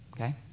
Okay